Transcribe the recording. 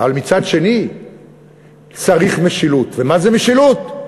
אבל מצד שני צריך משילות, ומה זה משילות?